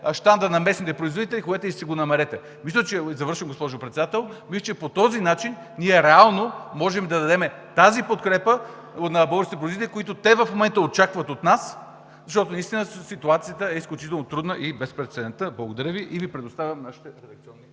щандът на местните производители, ходете и си го намерете. Завършвам, госпожо Председател. Мисля, че по този начин ние реално можем да дадем тази подкрепа на българските производители, която те в момента очакват от нас, защото наистина ситуацията е изключително трудна и безпрецедентна. Благодаря Ви и Ви предоставям нашите редакционни